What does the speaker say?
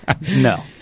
No